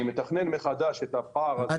אני מתכנן מחדש את הפער הזה שנוצר לי.